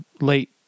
late